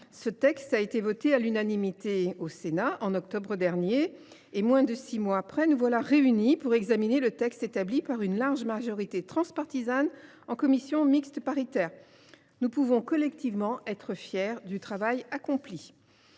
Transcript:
élus locaux, votée à l’unanimité au Sénat en octobre dernier ; moins de six mois plus tard, nous voilà réunis pour examiner le texte établi par une large majorité transpartisane en commission mixte paritaire. Nous pouvons collectivement être fiers du travail accompli.